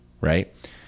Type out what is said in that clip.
right